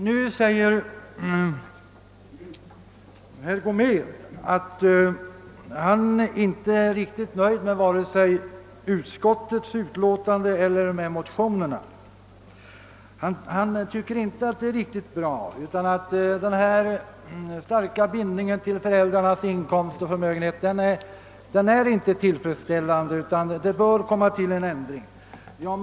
Nu säger herr Gomér att han inte är riktigt nöjd med vare sig utskottets utlåtande eller motionerna. Den starka bindningen till föräldrarnas inkomster och förmögenhet är inte tillfredsställande, menar herr Gomér, utan en ändring bör komma till stånd.